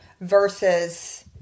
versus